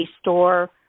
store